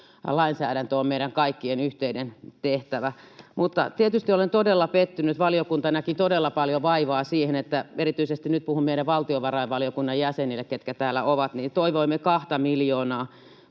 lainsäädäntö ovat meidän kaikkien yhteinen tehtävä. Mutta tietysti olen todella pettynyt. Valiokunta näki todella paljon vaivaa siihen — erityisesti nyt puhun meidän valtiovarainvaliokunnan jäsenille, ketkä täällä ovat — että toivoimme kahta miljoonaa